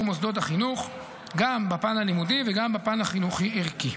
מוסדות החינוך גם בפן הלימודי וגם בפן החינוכי-ערכי.